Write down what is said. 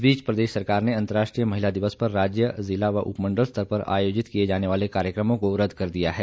इस बीच प्रदेश सरकार ने अंतरराष्ट्रीय महिला दिवस पर राज्य जिला व उपमंडल स्तर पर आयोजित किये जाने वाले कार्यक्रमों को रद्द कर दिया है